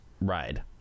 ride